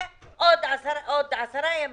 ועוד 10 ימים,